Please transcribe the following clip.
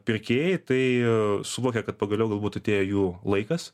pirkėjai tai suvokia kad pagaliau galbūt atėjo jų laikas